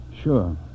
sure